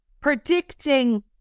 predicting